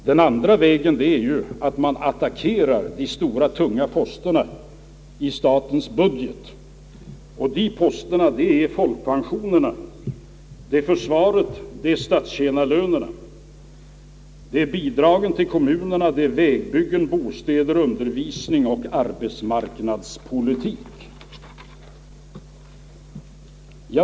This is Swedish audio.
Den andra vägen är ju att man attackerar de stora, tunga posterna i statens budget, och de posterna är folkpensionerna, försvaret, statstjänarlönerna, bidragen till kommunerna, vägbyggen, bostäder, undervisning och arbetsmarknadspolitik.